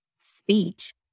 speech